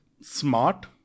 smart